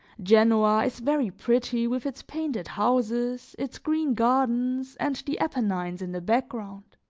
genoa is very pretty with its painted houses, its green gardens and the apennines in the background!